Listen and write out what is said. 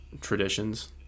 traditions